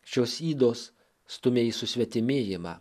šios ydos stumia į susvetimėjimą